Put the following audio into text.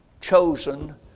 chosen